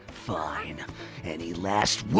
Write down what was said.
fine any last